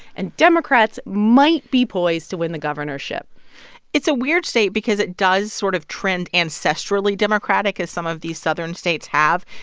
and democrats might be poised to win the governorship it's a weird state because it does sort of trend ancestrally democratic, as some of these southern states have.